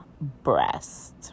breast